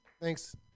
Thanks